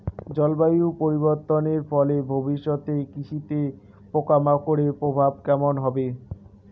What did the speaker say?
জলবায়ু পরিবর্তনের ফলে ভবিষ্যতে কৃষিতে পোকামাকড়ের প্রভাব কেমন হবে?